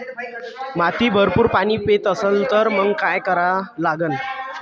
माती भरपूर पाणी पेत असन तर मंग काय करा लागन?